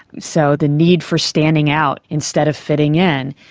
so the need for standing out instead of fitting in.